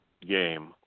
game